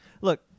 Look